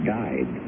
died